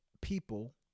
people